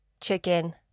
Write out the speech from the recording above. chicken